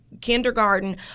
kindergarten